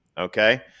okay